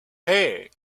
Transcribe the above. hey